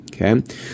Okay